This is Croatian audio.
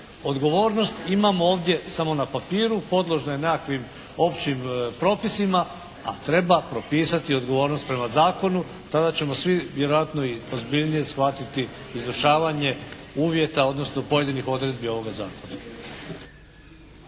Odgovornost imamo ovdje samo na papiru, podložna je nekakvim općim propisima a treba propisati odgovornost prema zakonu, tada ćemo svi vjerojatno i ozbiljnije shvatiti izvršavanje uvjeta odnosno pojedinih odredbi ovoga zakona.